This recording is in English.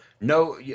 no